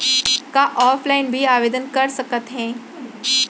का ऑफलाइन भी आवदेन कर सकत हे?